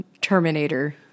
Terminator